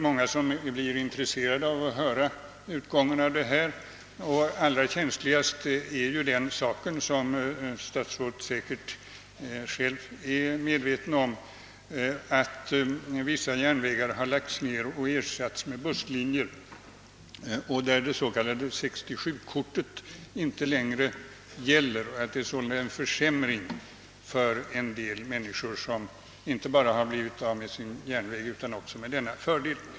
Många kommer ju att vara intresserade av utgången av översynen. Allra känsligast är det förhållande som statsrådet säkerligen själv är medveten om, att vissa järnvägar lagts ned och ersatts med busslinjer, där det s.k. 67-kortet inte gäller. Det har sålunda för vissa människor blivit en dubbel försämring — de har inte bara förlorat sin järnväg utan även fördelen med 67-kortet.